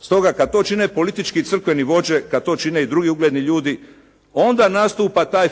Stoga kad to čine politički i crkveni vođe, kad to čine i drugi ugledni ljudi onda nastupa taj